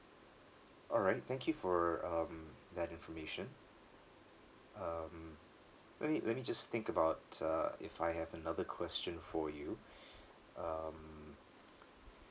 alright thank you for um that information um let me let me just think about uh if I have another question for you um